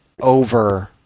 over